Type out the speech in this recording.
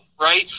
Right